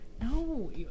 No